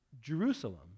Jerusalem